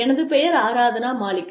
எனது பெயர் ஆரத்னா மாலிக்